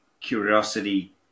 curiosity